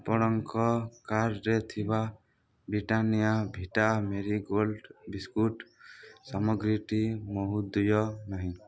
ଆପଣଙ୍କ କାର୍ଟ୍ରେ ଥିବା Britannia Vita Marie Gold biscuit ସାମଗ୍ରୀଟି ମହୋଦୟ ନାହିଁ